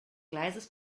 gleises